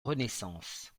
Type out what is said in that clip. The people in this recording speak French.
renaissance